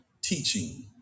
teaching